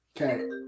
Okay